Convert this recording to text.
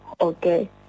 Okay